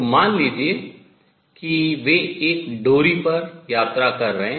तो मान लीजिए कि वे एक डोरी पर travel यात्रा कर रहे हैं